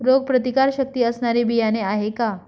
रोगप्रतिकारशक्ती असणारी बियाणे आहे का?